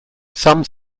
some